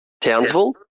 Townsville